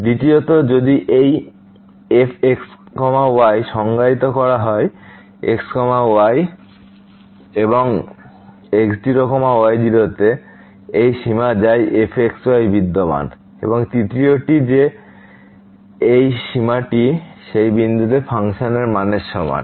দ্বিতীয়ত যদি এই f x y সংজ্ঞায়িত করা হয় x y x0 y0 তে এই সীমা যায় fx y বিদ্যমান এবং তৃতীয়টি যে এই সীমাটি সেই বিন্দুতে ফাংশন মানের সমান